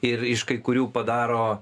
ir iš kai kurių padaro